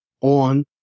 on